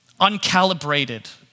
uncalibrated